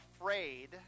afraid